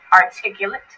articulate